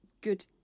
good